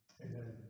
Amen